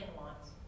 wants